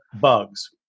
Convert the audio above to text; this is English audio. bugs